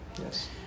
yes